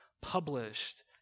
published